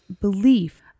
belief